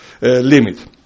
limit